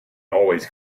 always